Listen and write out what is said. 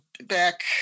Back